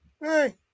Hey